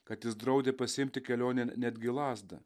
kad jis draudė pasiimti kelionėn netgi lazdą